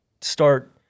start